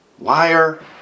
Liar